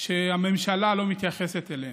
שהממשלה לא מתייחסת אליהם.